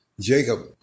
Jacob